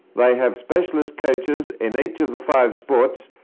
they have specialist coaches in each of the five sports,